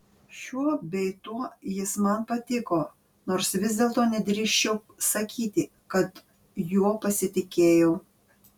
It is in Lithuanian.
šiuo bei tuo jis man patiko nors vis dėlto nedrįsčiau sakyti kad juo pasitikėjau